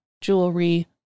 jewelry